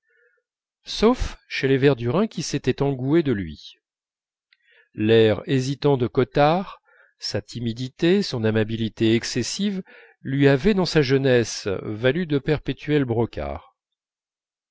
sauf chez les verdurin qui s'étaient engoués de lui l'air hésitant de cottard sa timidité son amabilité excessives lui avaient dans sa jeunesse valu de perpétuels brocards